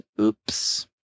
oops